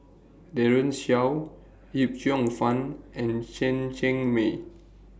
Daren Shiau Yip Cheong Fun and Chen Cheng Mei